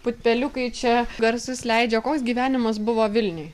putpeliukai čia garsus leidžia koks gyvenimas buvo vilniuje